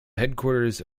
headquarters